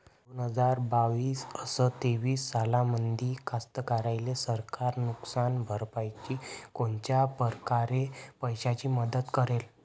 दोन हजार बावीस अस तेवीस सालामंदी कास्तकाराइले सरकार नुकसान भरपाईची कोनच्या परकारे पैशाची मदत करेन?